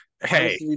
hey